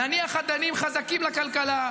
נניח אדנים חזקים לכלכלה,